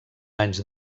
anys